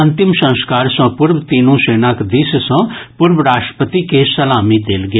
अंतिम संस्कार सँ पूर्व तीनू सेनाक दिस सँ पूर्व राष्ट्रपति के सलामी देल गेल